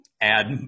add